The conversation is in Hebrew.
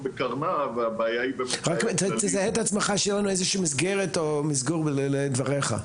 -- רק תזהה את עצמך שיהיה לנו מסגור מלא לדבריך.